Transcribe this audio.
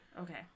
okay